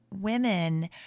women